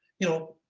you know,